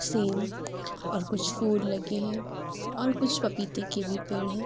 same اور کچھ پھول لگے ہیں اور کچھ پپیتے کے بھی پیڑ ہیں